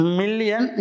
million